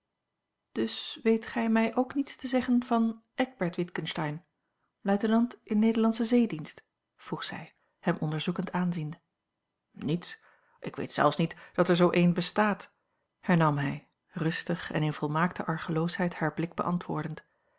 dus weet gij mij ook niets te zeggen van eckbert witgensteyn luitenant in nederlandschen zeedienst vroeg zij hem onderzoekend aanziende niets ik weet zelfs niet dat er zoo een bestaat hernam hij rustig en in volmaakte argeloosheid haar blik beantwoordend